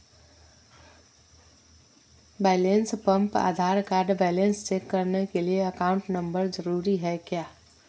Balance pump Aadhaar card balance check करने के लिए अकाउंट नंबर जरूरी है क्या?